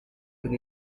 con